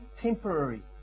temporary